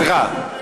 סליחה,